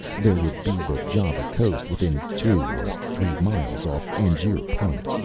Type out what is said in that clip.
there would be the java coast within two or three miles, off angier point.